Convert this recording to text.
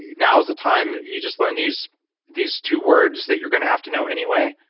now's the time you just learned these these two words that you're going to have to know anyway.